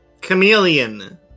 Chameleon